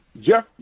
Jeff